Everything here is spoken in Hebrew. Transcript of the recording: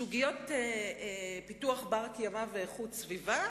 סוגיות פיתוח בר-קיימא ואיכות סביבה